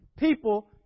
people